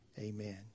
amen